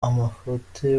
amafuti